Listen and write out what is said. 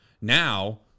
Now